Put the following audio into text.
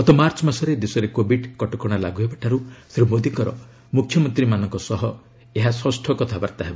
ଗତ ମାର୍ଚ୍ଚ ମାସରେ ଦେଶରେ କୋଭିଡ୍ କଟକଣା ଲାଗୁହେବାଠାରୁ ଶ୍ରୀ ମୋଦୀଙ୍କର ମୁଖ୍ୟମନ୍ତ୍ରୀମାନଙ୍କ ସହ ଏହା ଷଷ୍ଠ କଥାବାର୍ତ୍ତା ହେବ